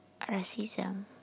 racism